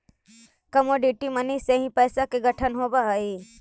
commodity money से ही पैसा के गठन होवऽ हई